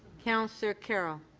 councillor carroll